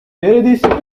neredeyse